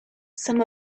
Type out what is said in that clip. some